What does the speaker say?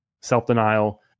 self-denial